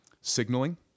signaling